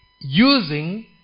using